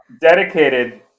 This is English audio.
Dedicated